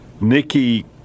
Nikki